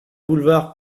boulevard